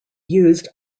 used